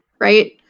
Right